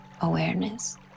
awareness